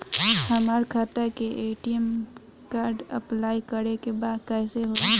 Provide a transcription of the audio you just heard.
हमार खाता के ए.टी.एम कार्ड अप्लाई करे के बा कैसे होई?